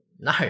No